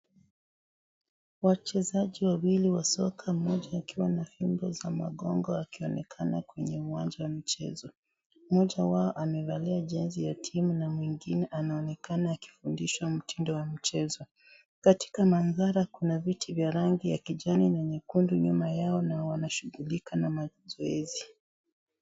Wachezaji wawili wa soka ,mmoja akiwa na tundo za makongo akionekana kwenye uwanja wa mchezo ,mmoja wao amevalia jezi ya timu na mwingine anaonekana akifundisha mtindo wa mchezo . Katika Mandhari kuna viti vya rangi ya kijani na nyekundu nyuma Yao na wanashughulika na mazoezi.